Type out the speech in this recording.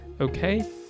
Okay